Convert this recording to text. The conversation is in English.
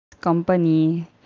company